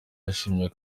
yashimye